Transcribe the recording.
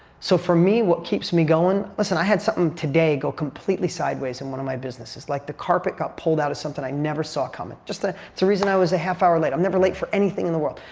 so for me, what keeps me going, listen, i had something today go completely sideways in one of my businesses. like, the carpet got pulled out of something that i never saw coming. it's the the reason i was a half hour late. i'm never late for anything in the world.